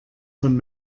von